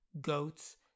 goats